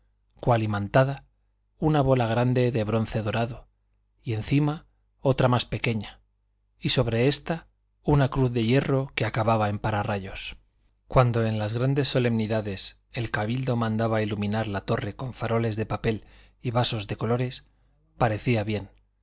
cual imantada una bola grande de bronce dorado y encima otra más pequeña y sobre esta una cruz de hierro que acababa en pararrayos cuando en las grandes solemnidades el cabildo mandaba iluminar la torre con faroles de papel y vasos de colores parecía bien